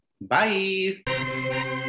Bye